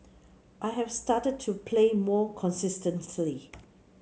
I've started to play more consistently